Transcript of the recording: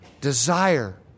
desire